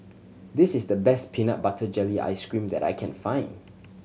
this is the best peanut butter jelly ice cream that I can find